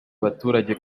abaturage